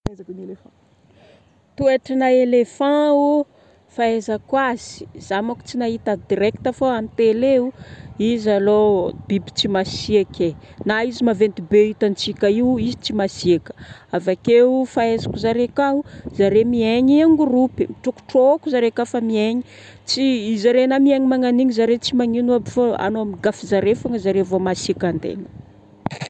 Toetry na elephant o, fahaizako azy, za môkany tsy nahita direct fô amin tele o, izy alô biby tsy masiek'ai, na izy maventy be itantsika io, izy tsy masieka. Avakeo fahaizako zareo aka o, zareo miegna angroupy. Mitrôkitrôky zareo aka kofa miegny.tsy zareo miaigny magnanio zareo tsy magnino fa anao migafy zareo fogna zay vô zareo masiaka antegna